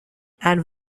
and